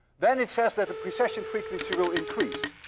then it says that the precession frequency will increase.